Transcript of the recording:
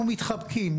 אנחנו מתחבקים.